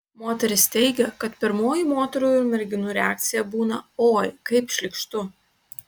moteris teigia kad pirmoji moterų ir merginų reakcija būna oi kaip šlykštu